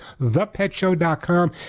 thepetshow.com